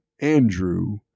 Andrew